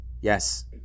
yes